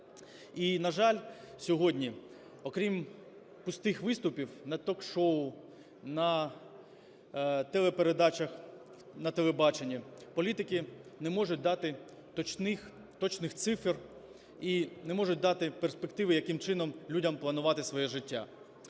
І, на жаль, сьогодні окрім пустих виступів на ток-шоу, на телепередачах на телебаченні політики не можуть дати точних цифр і не можуть дати перспективи, яким чином людям планувати своє життя.